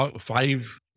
five